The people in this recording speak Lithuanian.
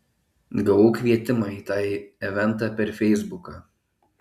gavau kvietimą į tą eventą per feisbuką